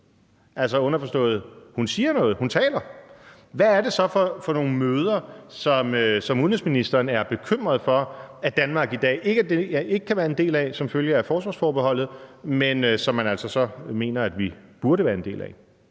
Altså underforstået: Hun siger noget, hun taler. Hvad er det så for nogle møder, som udenrigsministeren er bekymret for at Danmark i dag ikke kan være en del af som følge af forsvarsforbeholdet, men som man altså så mener at vi burde være en del af?